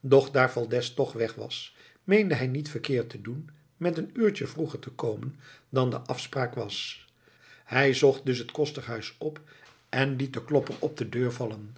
doch daar valdez toch weg was meende hij niet verkeerd te doen met een uurtje vroeger te komen dan de afspraak was hij zocht dus het kostershuis op en liet den klopper op de deur vallen